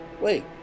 Wait